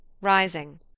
rising